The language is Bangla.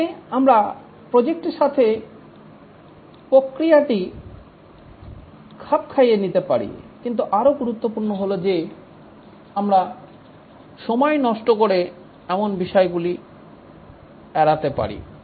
এখানে আমরা প্রজেক্টের সাথে প্রক্রিয়াটি খাপ খাইয়ে নিতে পারি কিন্তু আরো গুরুত্বপূর্ণ হল যে আমরা সময় নষ্ট করে এমন বিষয়গুলি এড়াতে পারি